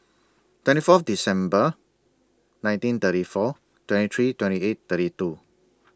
twenty Fourth December nineteen thirty four twenty three twenty eight thirty two